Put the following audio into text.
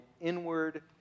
inward